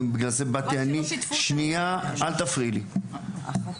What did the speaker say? ובגלל זה באתי אני --- חבל שלא שיתפו אותנו.